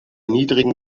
niedrigen